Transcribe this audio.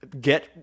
get